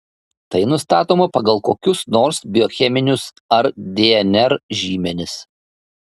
tai nustatoma pagal kokius nors biocheminius ar dnr žymenis